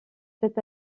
cet